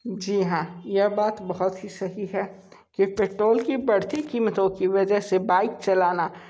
जी हाँ यह बात बहुत ही सही है कि पेट्रोल की बढ़ती कीमतों की वजह से बाइक चलाना